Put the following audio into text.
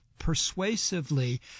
persuasively